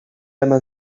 eman